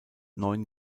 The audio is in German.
neun